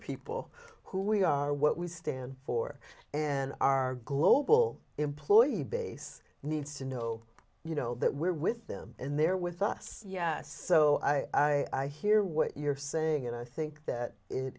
people who we are what we stand for and our global employee base needs to know you know that we're with them and they're with us yes so i hear what you're saying and i think that it